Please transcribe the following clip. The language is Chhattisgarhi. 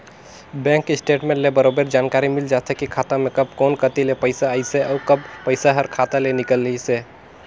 बेंक स्टेटमेंट ले बरोबर जानकारी मिल जाथे की खाता मे कब कोन कति ले पइसा आइसे अउ कब पइसा हर खाता ले निकलिसे